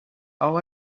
how